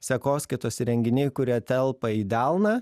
sekoskaitos įrenginiai kurie telpa į delną